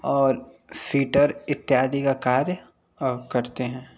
और सीटर इत्यादि का कार्य करते हैं